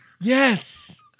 Yes